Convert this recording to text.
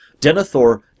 Denethor